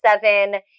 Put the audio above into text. seven